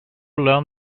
learn